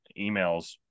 emails